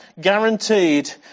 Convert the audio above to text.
guaranteed